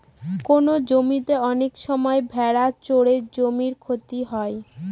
কোনো জমিতে অনেক সময় ভেড়া চড়ে জমির ক্ষতি হয়